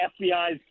FBI's